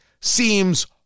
seems